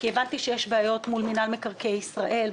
הבנתי שיש בעיות מול מנהל מקרקעי ישראל,